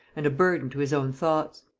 and a burthen to his own thoughts.